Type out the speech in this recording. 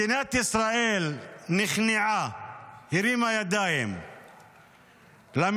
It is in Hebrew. מדינת ישראל נכנעה, הרימה ידיים למתנחלים,